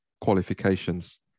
qualifications